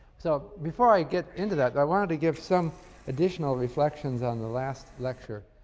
so before i get into that, i want to give some additional reflections on the last lecture.